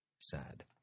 sad